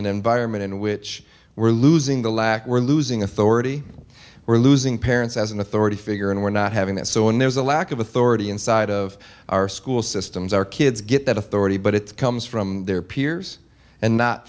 an environment in which we're losing the lack we're losing authority we're losing parents as an authority figure and we're not having that so when there's a lack of authority inside of our school systems our kids get that authority but it comes from their peers and not